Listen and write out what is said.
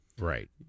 Right